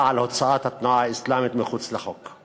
על הוצאת התנועה האסלאמית מחוץ לחוק.